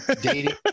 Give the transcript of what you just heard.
Dating